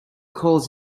calls